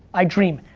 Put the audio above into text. i dream.